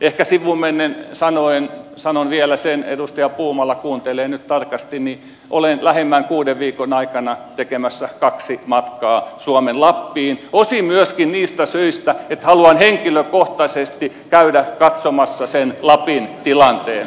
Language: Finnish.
ehkä sivumennen sanoen sanon vielä sen edustaja puumala kuuntelee nyt tarkasti että olen lähimmän kuuden viikon aikana tekemässä kaksi matkaa suomen lappiin osin myöskin niistä syistä että haluan henkilökohtaisesti käydä katsomassa sen lapin tilanteen